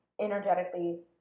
energetically